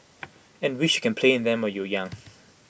and wish you can play in them when you young